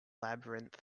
labyrinth